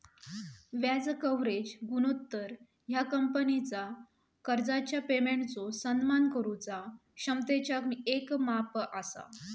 व्याज कव्हरेज गुणोत्तर ह्या कंपनीचा कर्जाच्या पेमेंटचो सन्मान करुचा क्षमतेचा येक माप असा